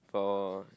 for